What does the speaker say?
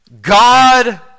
God